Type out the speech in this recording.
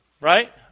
Right